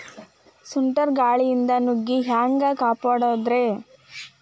ಸುಂಟರ್ ಗಾಳಿಯಿಂದ ನುಗ್ಗಿ ಹ್ಯಾಂಗ ಕಾಪಡೊದ್ರೇ?